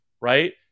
right